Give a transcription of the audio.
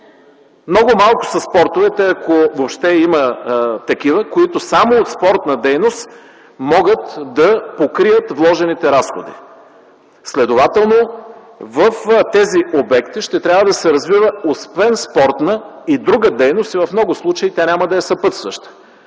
Много малко са спортовете, ако въобще има такива, които само от спортна дейност могат да покрият вложените разходи. Следователно в тези обекти ще трябва да се развива освен спортна и друга дейност и в много случаи тя няма да е съпътстваща.